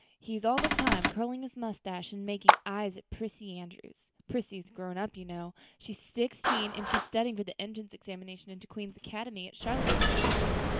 he's all the time curling his mustache and making eyes at prissy andrews. prissy is grown up, you know. she's sixteen and she's studying for the entrance examination into queen's academy at charlottetown next year.